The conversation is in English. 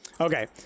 Okay